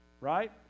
right